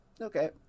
Okay